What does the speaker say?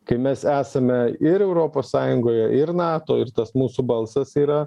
kai mes esame ir europos sąjungoje ir nato ir tas mūsų balsas yra